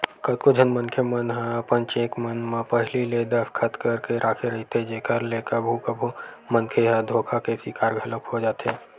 कतको झन मनखे मन ह अपन चेक मन म पहिली ले दस्खत करके राखे रहिथे जेखर ले कभू कभू मनखे ह धोखा के सिकार घलोक हो जाथे